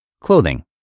Clothing